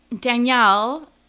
Danielle